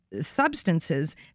substances